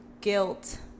guilt